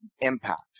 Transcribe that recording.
impact